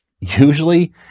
usually